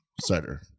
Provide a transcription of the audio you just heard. cider